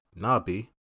Nabi